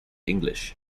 english